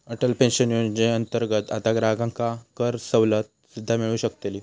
Atal pension योजनेअंतर्गत आता ग्राहकांका करसवलत सुद्दा मिळू शकतली